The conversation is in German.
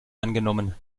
angenommen